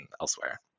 elsewhere